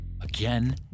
again